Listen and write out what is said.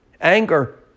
anger